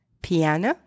piano